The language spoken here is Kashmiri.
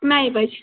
نَیہِ بَجہِ